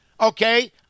okay